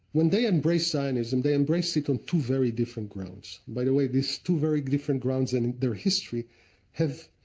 when they embrace zionism, they embrace it on two very different grounds. by the way, these two very different grounds in their history have,